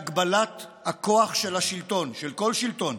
להגבלת הכוח של השלטון, של כל שלטון,